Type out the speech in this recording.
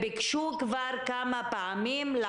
כבר כמה פעמים ביקשו